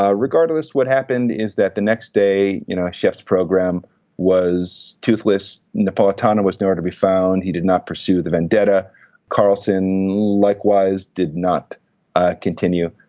ah regardless what happened is that the next day you know a chef's program was toothless. napolitano was nowhere to be found. he did not pursue the vendetta vendetta carlson likewise did not continue.